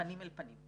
פנים אל פנים.